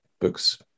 books